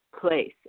place